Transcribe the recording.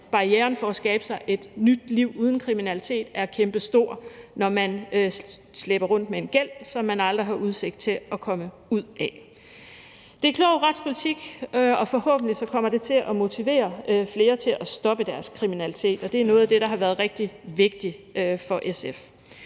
barrieren for at skabe sig et nyt liv uden kriminalitet er kæmpestor, når man slæber rundt på en gæld, som man aldrig har udsigt til at komme ud af. Det er klog retspolitik, og forhåbentlig kommer det til at motivere flere til at stoppe deres kriminalitet, og det er noget af det, der har været rigtig vigtigt for SF.